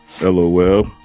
LOL